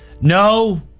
No